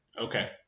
Okay